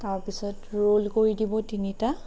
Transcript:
তাৰপিছত ৰোল কৰি দিব তিনিটা